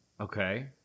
Okay